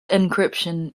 encryption